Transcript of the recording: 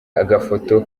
agafoto